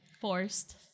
forced